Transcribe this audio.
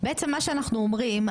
בעצם מה שאנחנו אומרים,